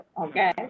okay